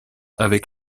avec